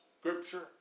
scripture